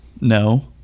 no